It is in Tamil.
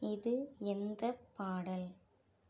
இது எந்த பாடல்